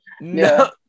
no